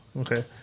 Okay